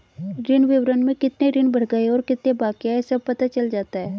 ऋण विवरण में कितने ऋण भर गए और कितने बाकि है सब पता चल जाता है